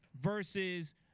versus